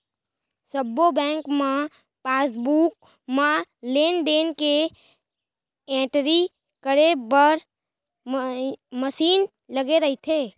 सब्बो बेंक म पासबुक म लेन देन के एंटरी करे बर मसीन लगे रइथे